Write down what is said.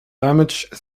damage